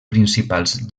principals